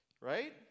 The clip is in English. right